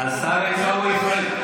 השר עיסאווי פריג'.